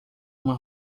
uma